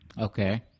Okay